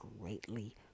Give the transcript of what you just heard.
greatly